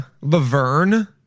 Laverne